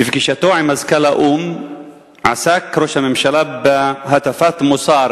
בפגישתו עם מזכ"ל האו"ם עסק ראש הממשלה בהטפת מוסר